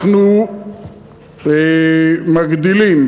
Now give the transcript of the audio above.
אנחנו מגדילים